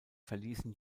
verließen